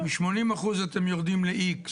מ-80% אתם יורדים ל-X.